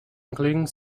including